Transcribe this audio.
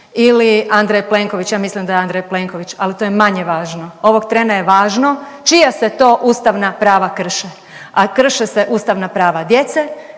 ili Andrej Plenković. Ja mislim da je Andrej Plenković, ali to je manje važno, ovog trena je važno čija se to ustavna prava krše, a krše se ustavna prava djece,